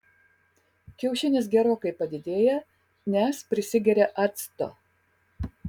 kiaušinis gerokai padidėja nes prisigeria acto